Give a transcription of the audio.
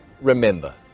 remember